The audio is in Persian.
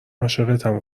عاشقتم